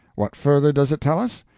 what further does it tell us?